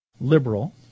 liberal